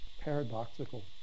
paradoxical